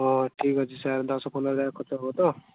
ହଁ ଠିକ୍ ଅଛି ସାର୍ ଦଶପନ୍ଦର ହଜାର ଖର୍ଚ୍ଚ ହବ ତ